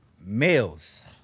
males